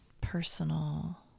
personal